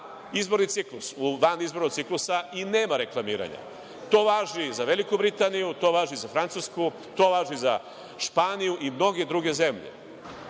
izborni ciklus. U vanizbornom ciklusu nema reklamiranja. To važi za Veliku Britaniju, to važi za Francusku, to važi za Španiju i mnoge druge zemlje. Imaćemo